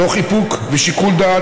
תוך איפוק ושיקול דעת,